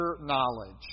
knowledge